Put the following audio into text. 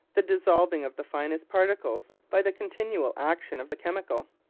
the dissolving of the finest particles by the continual action of the chemical.